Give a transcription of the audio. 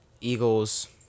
Eagles